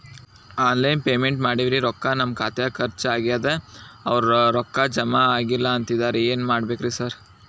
Online payment ಮಾಡೇವಿ ರೊಕ್ಕಾ ನಮ್ ಖಾತ್ಯಾಗ ಖರ್ಚ್ ಆಗ್ಯಾದ ಅವ್ರ್ ರೊಕ್ಕ ಜಮಾ ಆಗಿಲ್ಲ ಅಂತಿದ್ದಾರ ಏನ್ ಮಾಡ್ಬೇಕ್ರಿ ಸರ್?